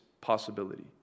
possibility